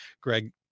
Greg